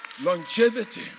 Longevity